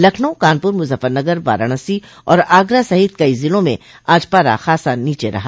लखनऊ कानपुर मुजफ्फरनगर वाराणसी और आगरा सहित कई जिलों में आज पारा खासा नीचे रहा